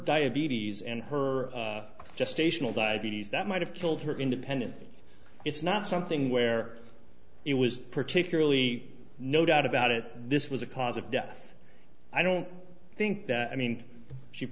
diabetes and her gestational diabetes that might have killed her independently it's not something where it was particularly no doubt about it this was a cause of death i don't think that i mean she